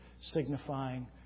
signifying